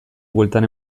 bueltan